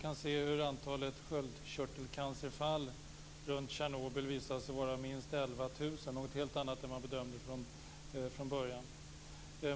Antalet fall av sköldkörtelcancer runt Tjernobyl uppgår till minst 11 000 - man gjorde en helt annan bedömning från början.